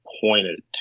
pointed